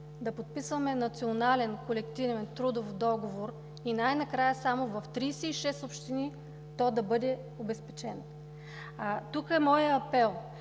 Да подписваме Национален колективен трудов договор и най-накрая само в 36 общини то да бъде обезпечено?! Тук е моят апел.